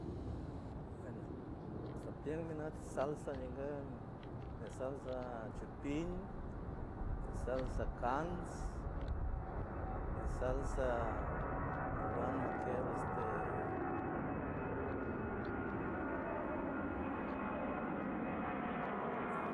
Bueno septiem nimas salsa ninguerd ñi salsa chipil nisalsa cans nisalsa suguand maqueir este